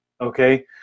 okay